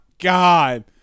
god